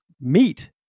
meat